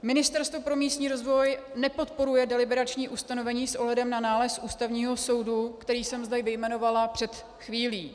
Ministerstvo pro místní rozvoj nepodporuje deliberační ustanovení s ohledem na nález Ústavního soudu, který jsem zde vyjmenovala před chvílí.